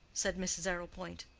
said mrs. arrowpoint.